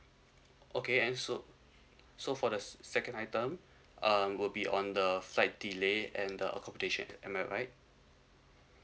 okay and so so for the second item um will be on the flight delay and the accommodation am I right